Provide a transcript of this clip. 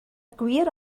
gwir